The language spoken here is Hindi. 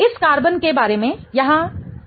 इस कार्बन के बारे में यहाँ क्या है